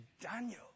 daniel